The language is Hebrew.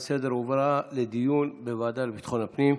ההצעה לסדר-היום הועברה לדיון בוועדה לביטחון פנים.